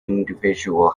individual